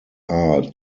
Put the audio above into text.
are